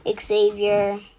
Xavier